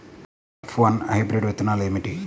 F one hybrid విత్తనాలు ఏమిటి?